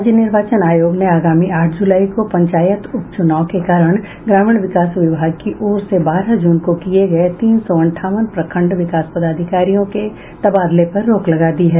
राज्य निर्वाचन आयोग ने आगामी आठ जुलाई को पंचायत उप चुनाव के कारण ग्रामीण विकास विभाग की ओर से बारह जून को किये गये तीन सौ अंठावन प्रखण्ड विकास पदाधिकारियों के तबादले पर रोक लगा दी है